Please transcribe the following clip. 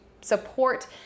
support